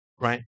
right